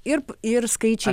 ir ir skaičiai